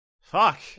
Fuck